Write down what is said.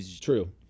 True